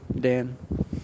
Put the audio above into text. Dan